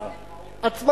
הוקמה